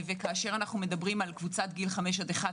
כאשר אנו מדברים על קבוצת גיל 5 עד 11